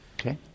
Okay